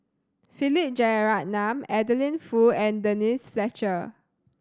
Philip Jeyaretnam Adeline Foo and Denise Fletcher